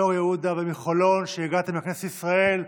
מאור יהודה ומחולון שהגיעו לכנסת ישראל.